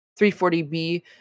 340B